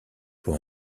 pour